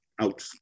out